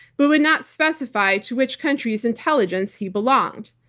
but would not specify to which country's intelligence he belonged.